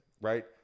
right